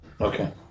Okay